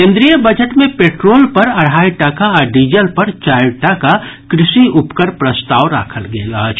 केन्द्रीय बजट मे पेट्रोल पर अढ़ाई टाका आ डीजल पर चारि टाका कृषि उपकर प्रस्ताव राखल गेल अछि